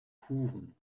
kuchen